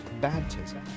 baptism